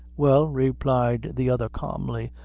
well, replied the other, calmly,